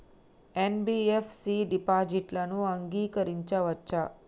NBFC డిపాజిట్లను అంగీకరించవచ్చా?